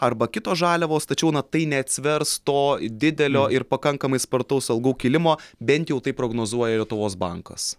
arba kitos žaliavos tačiau na tai neatsvers to didelio ir pakankamai spartaus algų kilimo bent jau taip prognozuoja lietuvos bankas